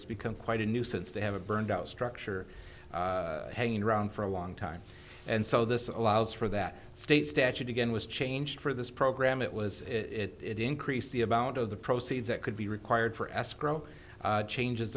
it's become quite a nuisance to have a burned out structure hanging around for a long time and so this allows for that state statute again was changed for this program it was it increased the amount of the proceeds that could be required for escrow changes